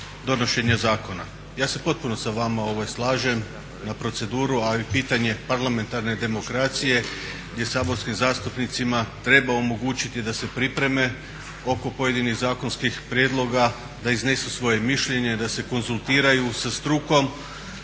donošenja zakona. Ja se potpuno sa vama slažem na proceduru a i pitanje parlamentarne demokracije gdje saborskim zastupnicima treba omogućiti da se pripreme, oko pojedinih zakonskih prijedloga, da iznesu svoje mišljenje, da se konzultiraju sa strukom.